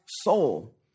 soul